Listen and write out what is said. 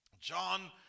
John